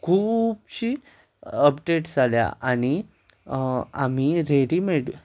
खुबशी अपडेट्स जाल्यार आनी आमी रेडीमॅड